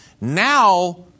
now